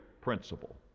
principle